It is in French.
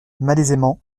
malaisément